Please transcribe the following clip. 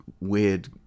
weird